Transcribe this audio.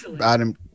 Adam